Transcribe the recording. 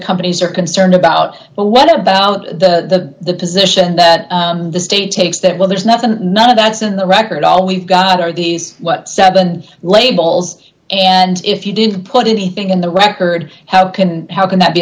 companies are concerned about well what about the position that the state takes that well there's nothing none of that's in the record all we've got are these what seven labels and if you did put it he thing in the record how can how can that be